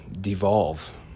devolve